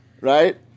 Right